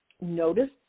notice